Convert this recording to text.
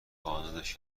ازادش